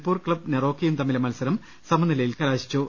പ്പൂർ club നെറോക്കയും തമ്മിലെ മത്സരം സമനിലയിൽ കലാശിച്ചു